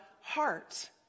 heart